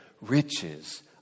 riches